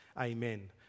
Amen